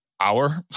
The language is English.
hour